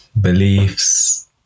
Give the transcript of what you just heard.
beliefs